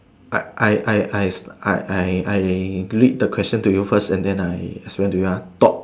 I I I I I I I read the question to you first and then I explain to you uh thought